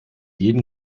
jedem